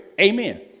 Amen